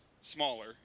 smaller